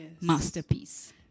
masterpiece